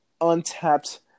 untapped